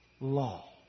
law